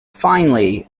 finally